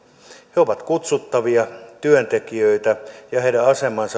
he ovat kutsuttavia työntekijöitä ja heidän asemansa